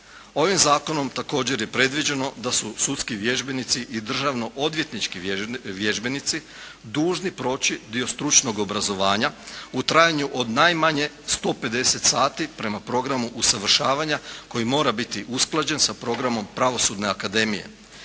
Ovim zakonom također je predviđeno da su sudski vježbenici i državno odvjetnički vježbenici, dužni proći dio stručnog obrazovanja u trajanju od najmanje 150 sati prema programu usavršavanja koji mora biti usklađen sa programom pravosudne akademije.